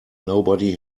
nobody